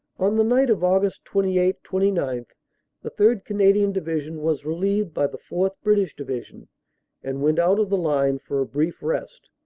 on the night of aug. twenty eight twenty nine the third. canadian division was relieved by the fourth. british division and went out of the line for a brief rest,